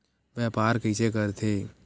व्यापार कइसे करथे?